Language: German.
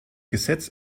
gesetz